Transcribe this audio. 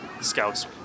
scouts